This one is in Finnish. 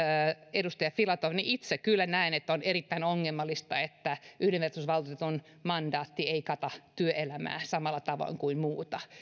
edustaja filatov itse kyllä näen että on erittäin ongelmallista että yhdenvertaisuusvaltuutetun mandaatti ei kata työelämää samalla tavoin kuin muuta